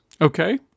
Okay